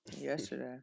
yesterday